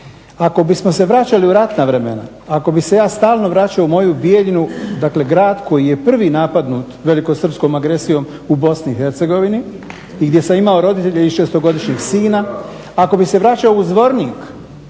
Ako bismo se vraćali u ratna vremena, ako bi se ja stalno vraćao u moju Bjeljinu, dakle grad koji je prvi napadnut velikosrpskom agresijom u Bosni i Hercegovini i gdje sam imao roditelje i šestogodišnjeg sina, ako bih se vraćao u Zvornik